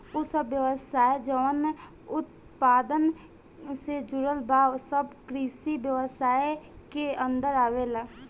उ सब व्यवसाय जवन उत्पादन से जुड़ल बा सब कृषि व्यवसाय के अन्दर आवेलला